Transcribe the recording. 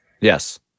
Yes